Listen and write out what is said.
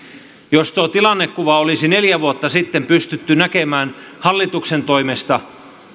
jos tuo tilannekuva olisi neljä vuotta sitten pystytty näkemään hallituksen toimesta